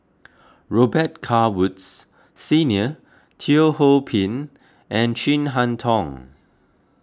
Robet Carr Woods Senior Teo Ho Pin and Chin Harn Tong